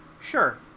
Sure